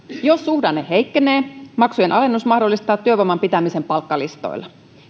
jos suhdanne heikkenee maksujen alennus mahdollistaa työvoiman pitämisen palkkalistoilla